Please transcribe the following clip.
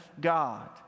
God